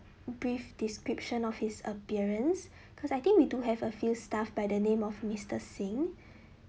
brief description of his appearance because I think we do have a few staff by the name of mister singh